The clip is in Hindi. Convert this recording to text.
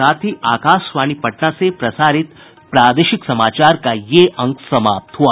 इसके साथ ही आकाशवाणी पटना से प्रसारित प्रादेशिक समाचार का ये अंक समाप्त हुआ